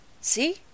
See